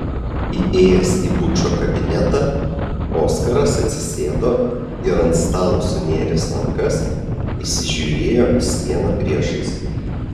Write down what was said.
įėjęs į bučo kabinetą oskaras atsisėdo ir ant stalo sunėręs rankas įsižiūrėjo į sieną priešais